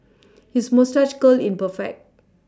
his moustache curl is perfect